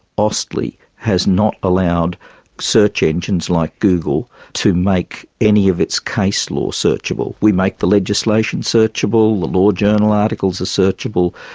austlii has not allowed search engines like google to make any of its case law searchable. we make the legislation searchable, the law journal articles are searchable,